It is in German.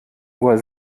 uhr